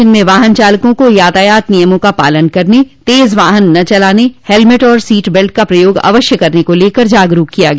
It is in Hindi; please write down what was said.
जिसमें वाहन चालकों को यातायात नियमों का पालन करने तेज वाहन न चलाने हेलमेट और सीटबेल्ट का प्रयोग अवश्य करने को लेकर जागरूक किया गया